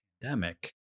pandemic